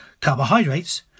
carbohydrates